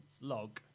Log